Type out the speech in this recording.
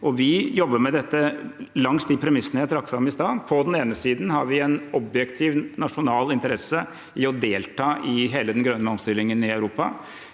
Vi jobber med dette langs de premissene jeg trakk fram i stad. På den ene siden har vi en objektiv nasjonal interesse i å delta i hele den grønne omstillingen i Europa